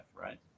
right